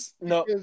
no